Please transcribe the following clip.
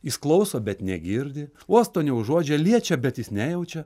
jis klauso bet negirdi uosto neužuodžia liečia bet jis nejaučia